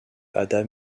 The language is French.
adam